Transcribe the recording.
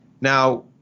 Now